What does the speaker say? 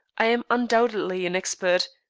i am undoubtedly an expert.